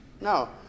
no